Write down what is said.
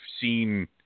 seen